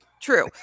True